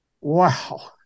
wow